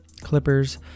Clippers